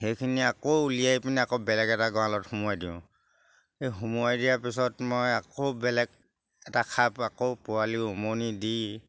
সেইখিনি আকৌ উলিয়াই পিনে আকৌ বেলেগ এটা গড়ালত সোমোৱাই দিওঁ সেই সোমোৱাই দিয়াৰ পিছত মই আকৌ বেলেগ এটা খাপ আকৌ পোৱালি উমনি দি